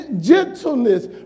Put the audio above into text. gentleness